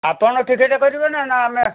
ଆପଣ ଟିକେଟ୍ କରିବେ ନା ନାଁ ଆମେ